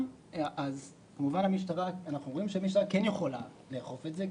אנחנו רואים שהמשטרה כן יכולה לאכוף את זה,